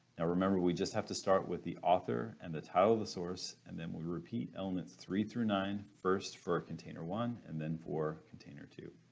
now remember we just have to start with the author and the title of the source and then we repeat elements three through nine first for container one and then for container two.